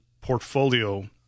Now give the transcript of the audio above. portfolio